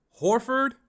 Horford